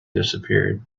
disappeared